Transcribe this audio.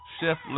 Chef